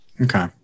Okay